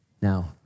Now